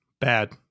bad